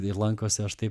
ir lankosi aš taip